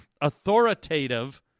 authoritative